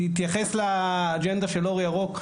להתייחס לאג'נדה של אור ירוק,